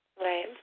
Right